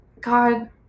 God